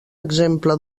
exemple